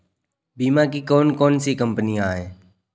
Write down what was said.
बीमा की कौन कौन सी कंपनियाँ हैं?